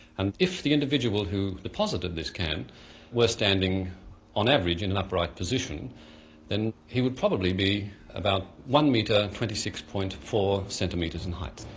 and if the individual who deposited this can were standing on average in an upright position then he would probably be about one metre twenty six. four centimetres in height.